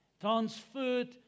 Transferred